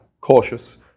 cautious